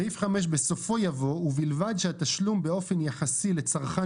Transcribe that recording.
בסופו יבוא: "ובלבד שהתשלום באופן יחסי לצרכן